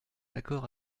accord